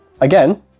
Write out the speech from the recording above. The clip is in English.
Again